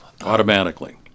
automatically